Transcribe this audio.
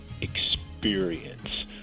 experience